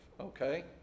okay